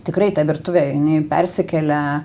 tikrai ta virtuvė jinai persikelia